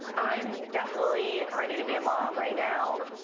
i'm definitely ready to be a mom right now.